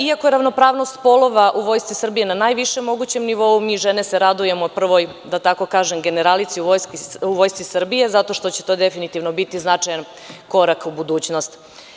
Iako ravnopravnost polova u Vojsci Srbije na najvišem mogućem nivou, mi žene se radujemo prvoj, da tako kažem, generalici u Vojsci Srbije, zato što će to definitivno biti značajan korak u budućnosti.